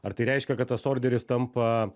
ar tai reiškia kad tas orderis tampa